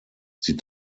sie